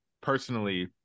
personally